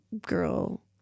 girl